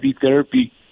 therapy